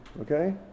okay